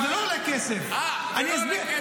וזה לא עולה כסף, אני אסביר.